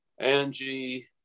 Angie